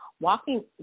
Walking